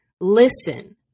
listen